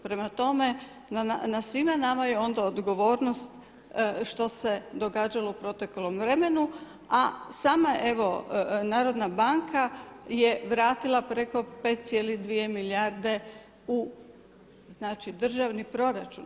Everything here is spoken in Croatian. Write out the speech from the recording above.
Prema tome na svima nama je onda odgovornost što se događalo u proteklom vremenu, a sama Narodna banka je vratila preko 5,2 milijarde u državni proračun.